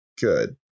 good